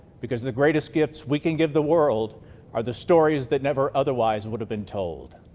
because the greatest gifts we can give the world are the stories that never otherwise would have been told.